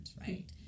right